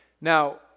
Now